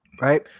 Right